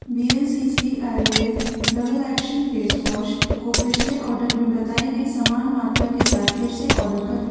we L C C Ayurveda double action face wash को पिछले order में बताई गई समान मात्रा के साथ फिर से ऑर्डर करें